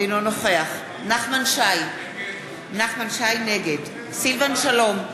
אינו נוכח נחמן שי, נגד סילבן שלום,